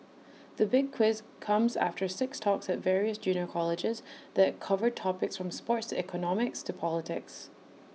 the big quiz comes after six talks at various junior colleges that covered topics from sports economics to politics